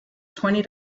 twenty